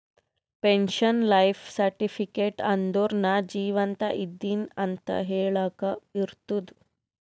pension life certificate ಅಂದುರ್ ನಾ ಜೀವಂತ ಇದ್ದಿನ್ ಅಂತ ಹೆಳಾಕ್ ಇರ್ತುದ್